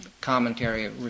commentary